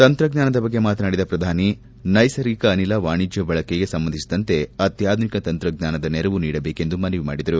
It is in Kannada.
ತಂತ್ರಜ್ಞಾನದ ಬಗ್ಗೆ ಮಾತನಾಡಿದ ಪ್ರಧಾನಿ ನೈಸರ್ಗಿಕ ಅನಿಲ ವಾಣಿಜ್ಯ ಬಳಕೆಗೆ ಸಂಬಂಧಿಸಿದಂತೆ ಅತ್ಯಾಧುನಿಕ ತಂತ್ರಜ್ಞಾನದ ನೆರವು ನೀಡಬೇಕೆಂದು ಮನವಿ ಮಾಡಿದರು